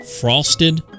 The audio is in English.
frosted